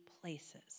places